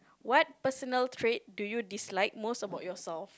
what personal trait do you dislike most about yourself